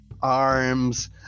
arms